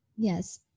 Yes